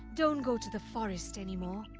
don't go to the forest anymore.